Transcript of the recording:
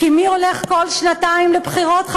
כי מי הולך כל שנתיים לבחירות,